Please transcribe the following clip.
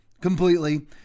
Completely